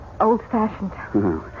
old-fashioned